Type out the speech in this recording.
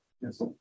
Yes